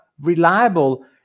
reliable